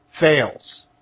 fails